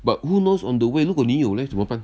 but who knows on the way 如果你有 leh 怎么办